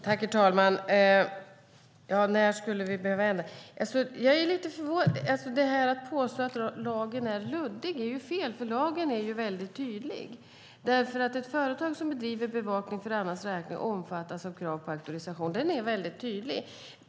Herr talman! Ja, när skulle vi behöva ändra? Det påstås att lagen är luddig. Det är fel, för lagen är väldigt tydlig. Ett företag som bedriver bevakning för annans räkning omfattas av krav på auktorisation. Det är väldigt tydligt.